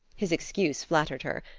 his excuse flattered her.